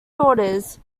daughters